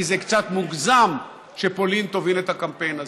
כי זה קצת מוגזם שפולין תוביל את הקמפיין הזה,